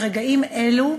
ברגעים אלו,